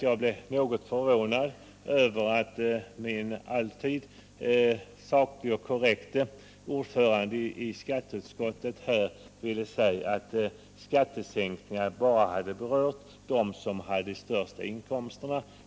Jag blev något förvånad över att höra den alltid saklige och korrekte ordföranden i skatteutskottet säga att skattesänkningarna bara hade berört dem som hade de största inkomsterna.